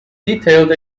detailed